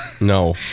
No